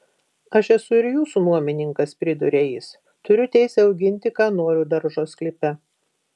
aš esu ir jūsų nuomininkas priduria jis turiu teisę auginti ką noriu daržo sklype